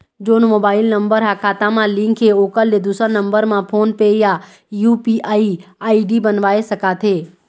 जोन mobile number हा खाता मा लिन्क हे ओकर ले दुसर नंबर मा फोन पे या यू.पी.आई आई.डी बनवाए सका थे?